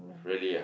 really ah